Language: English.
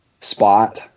spot